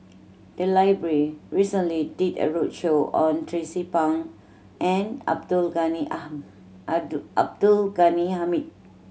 the library recently did a roadshow on Tracie Pang and Abdul Ghani Abdul Ghani Hamid